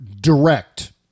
direct